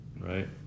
right